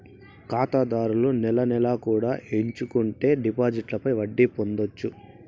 ఖాతాదారులు నెల నెలా కూడా ఎంచుకుంటే డిపాజిట్లపై వడ్డీ పొందొచ్చు